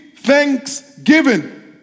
thanksgiving